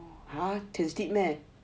can sleep meh